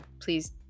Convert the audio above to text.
Please